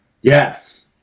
Yes